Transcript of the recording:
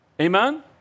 Amen